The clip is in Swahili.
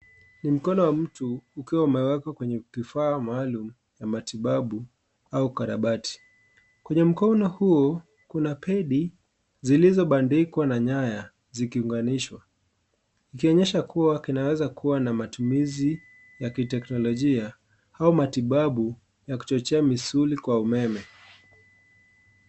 Ni mkono wa mtu ukiwa umewekwa kwenye kifaa maalum cha matibabu, au ukarabati. Kwenye mkono huo, kuna pedi zilizobandikwa na nyaya zikiunganishwa. Ikionyesha kuwa kinaweza kuwa na matumizi ya kiteknolojia au matibabu ya kuchochea misuli kwa umeme.